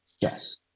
yes